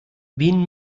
wen